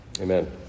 Amen